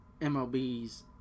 MLB's